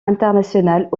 internationales